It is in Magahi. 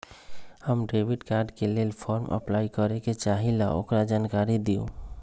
हम डेबिट कार्ड के लेल फॉर्म अपलाई करे के चाहीं ल ओकर जानकारी दीउ?